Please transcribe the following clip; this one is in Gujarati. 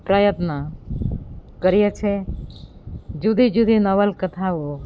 પ્રયત્ન કરીએ છે જુદી જુદી નવલકથાઓ